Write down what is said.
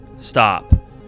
Stop